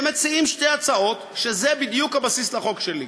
הם מציעים שתי הצעות, וזה בדיוק הבסיס לחוק שלי,